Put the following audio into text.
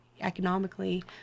economically